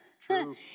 True